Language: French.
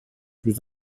plus